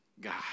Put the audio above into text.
God